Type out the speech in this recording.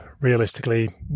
realistically